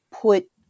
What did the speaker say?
put